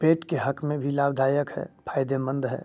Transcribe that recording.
पेट के हक में भी लाभदायक है फायदेमंद है